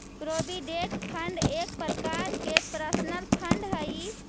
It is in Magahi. प्रोविडेंट फंड एक प्रकार के पेंशन फंड हई